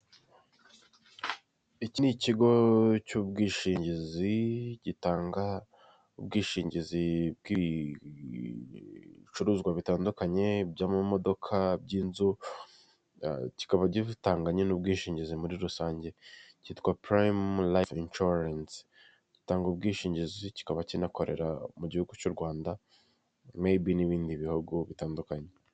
Iki ikigo cy'ubwishingizi gitanga ubwishingizi bw'ibicuruzwa bitandukanye by'amamodoka by'inzuba kikaba gitanga n'ubwishingizi muri rusange cyitwa prime life insurance gitanga ubwishingizi kikaba kinakorera mu gihugu cy'u Rwanda meyibi n'ibindi bihugu bitandukanye.